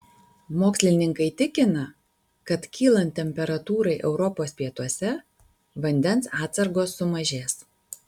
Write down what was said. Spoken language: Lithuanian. mokslininkai tikina kad kylant temperatūrai europos pietuose vandens atsargos sumažės